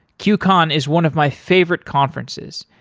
qcon is one of my favorite conferences,